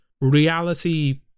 reality